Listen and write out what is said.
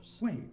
Wait